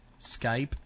Skype